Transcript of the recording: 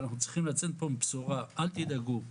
אנחנו צריכים לצאת מפה עם בשורה אל תדאגו,